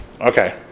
Okay